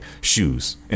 shoes